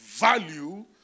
value